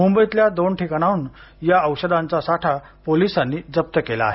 मुंबईतल्या दोन ठिकाणांहून रेमेडेसीवीर औषधांचा साठा पोलिसांनी जप्त केला आहे